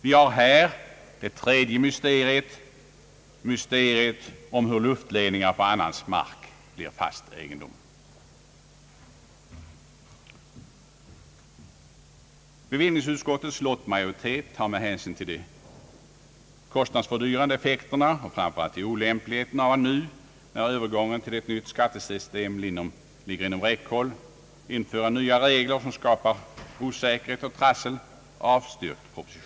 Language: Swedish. Vi har här det tredje mysteriet — mysteriet om hur luftledningar på annans mark blir fast egendom. Bevillningsutskottets lottmajoritet har avstyrkt propositionen med hänsyn till de kostnadshöjande effekterna och framför allt olämpligheten av att nu, när övergången till ett nytt skattesystem ligger inom räckhåll, införa nya regler som skapar osäkerhet och trassel.